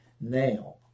Now